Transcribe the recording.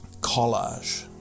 collage